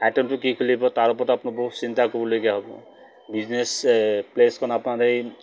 আইটেমটো কি খুলিব তাৰ ওপৰত আপোনাৰ বহুত চিন্তা কৰিবলগীয়া হ'ব বিজনেছ প্লেচখন আপোনাৰ সেই